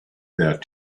that